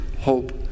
hope